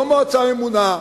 לא מועצה ממונה.